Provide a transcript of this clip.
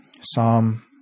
Psalm